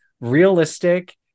realistic